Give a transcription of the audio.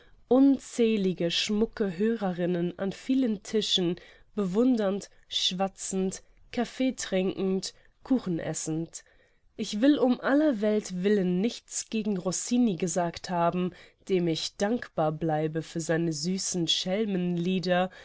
unzählige schmucke hörerinnen an vielen tischen bewundernd schwatzend caffee trinkend kuchen essend ich will um aller welt willen nichts gegen rossini gesagt haben dem ich dankbar bleibe für seine süßen